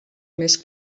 més